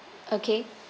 okay